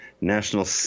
National